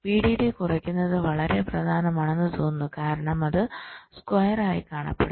VDD കുറയ്ക്കുന്നത് വളരെ പ്രധാനമാണെന്ന് തോന്നുന്നു കാരണം അത് സ്ക്വയർ ആയി കാണപ്പെടുന്നു